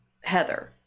Heather